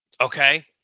Okay